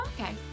okay